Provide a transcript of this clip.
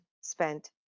spent